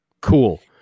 Cool